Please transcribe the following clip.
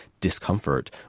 Discomfort